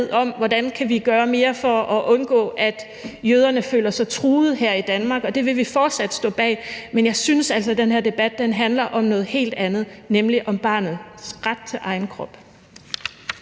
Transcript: om, hvordan vi kan gøre mere for at undgå, at jøderne føler sig truet her i Danmark, og det vil vi fortsat stå bag. Men jeg synes altså, at den her debat handler om noget helt andet, nemlig om barnets ret til egen krop.